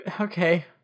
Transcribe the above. Okay